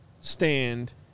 stand